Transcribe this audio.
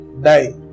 Die